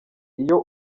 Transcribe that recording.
iyo